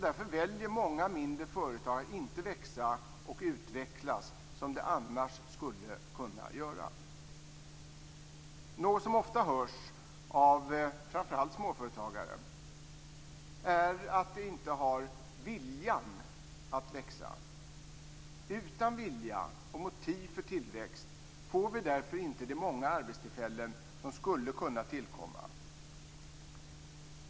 Därför väljer många mindre företag att inte växa och utvecklas, som de annars skulle kunna göra. Något som ofta hörs, av framför allt småföretagare, är att de inte har viljan att växa. Utan vilja och motiv för tillväxt får vi därför inte de många arbetstillfällen som skulle kunna tillkomma.